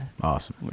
Awesome